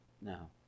no